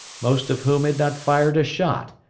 most of whom had not fired a shot,